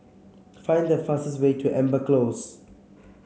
find the fastest way to Amber Close